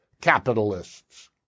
capitalists